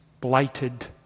blighted